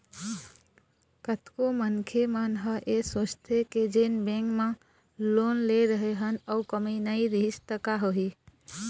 कतको मनखे मन ह ऐ सोचथे के जेन बेंक म लोन ले रेहे हन अउ कमई नइ रिहिस त का होही